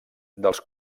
dels